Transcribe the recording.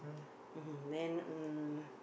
mmhmm then mm